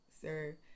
sir